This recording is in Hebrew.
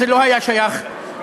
זה לא היה שייך לנו.